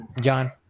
John